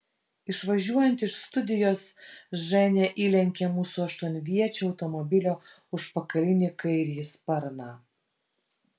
išvažiuojant iš studijos ženia įlenkė mūsų aštuonviečio automobilio užpakalinį kairįjį sparną